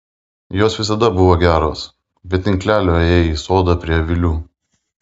jos visada buvo geros be tinklelio ėjai į sodą prie avilių